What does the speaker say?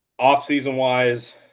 Offseason-wise